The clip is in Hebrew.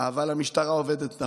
אבל המשטרה עובדת נכון.